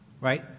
right